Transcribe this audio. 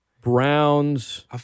Browns